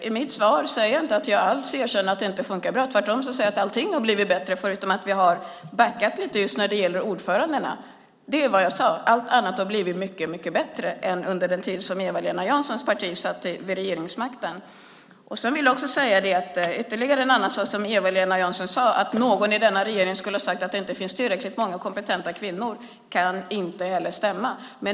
I mitt svar erkänner jag inte alls att det inte fungerar bra. Jag säger tvärtom att allting har blivit bättre förutom att vi har backat lite just när det gäller ordförandena. Det är vad jag sade. Allt annat har blivit mycket bättre än under den tid som Eva-Lena Janssons parti satt vid regeringsmakten. Eva-Lena Jansson sade också att någon i denna regering skulle ha sagt att det inte finns tillräckligt många kompetenta kvinnor. Det kan inte heller stämma.